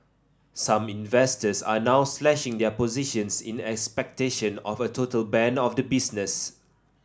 some investors are now slashing their positions in expectation of a total ban of the business